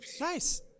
Nice